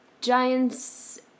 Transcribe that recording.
Giants